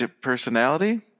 personality